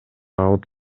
алып